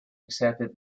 accepted